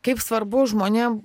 kaip svarbu žmonėm